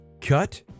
cut